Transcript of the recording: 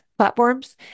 Platforms